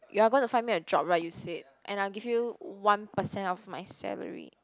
you are going to find me a job right you said and I'll give you one percent of my salary